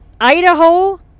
Idaho